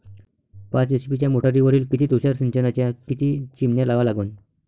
पाच एच.पी च्या मोटारीवर किती तुषार सिंचनाच्या किती चिमन्या लावा लागन?